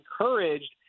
encouraged